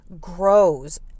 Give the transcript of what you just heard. grows